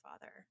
father